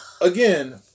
Again